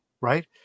right